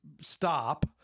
stop